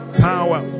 power